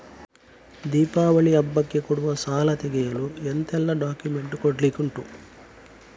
ದೀಪಾವಳಿ ಹಬ್ಬಕ್ಕೆ ಕೊಡುವ ಸಾಲ ತೆಗೆಯಲು ಎಂತೆಲ್ಲಾ ಡಾಕ್ಯುಮೆಂಟ್ಸ್ ಕೊಡ್ಲಿಕುಂಟು?